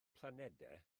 planedau